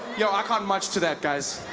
yo, i can't march to that guys